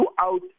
out